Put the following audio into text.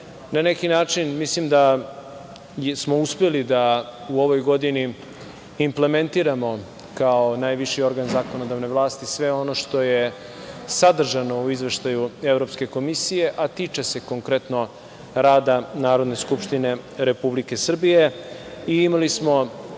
na neki način mislim da smo uspeli da u ovoj godini implementiramo, kao najviši organ zakonodavne vlasti sve ono što je sadržano u izveštaju Evropske komisije, a tiče se konkretno rada Narodne skupštine Republike Srbije. Usvojili smo